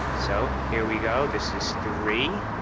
so here we go this is three.